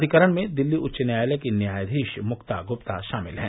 अधिकरण में दिल्ली उच्च् न्यायालय की न्यायाधीश मुक्ता गुप्ता शामिल हैं